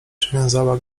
przywiązała